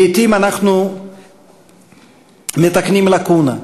לעתים אנחנו מתקנים לקונה,